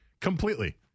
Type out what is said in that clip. Completely